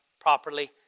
properly